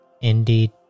Indeed